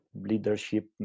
leadership